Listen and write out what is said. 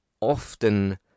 often